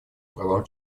правам